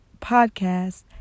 Podcast